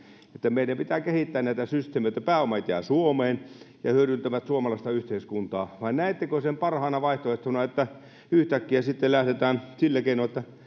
että meidän pitää kehittää näitä systeemejä että pääomat jäävät suomeen ja hyödyttävät suomalaista yhteiskuntaa vai näettekö sen parhaana vaihtoehtona että yhtäkkiä sitten lähdetään sillä keinoin että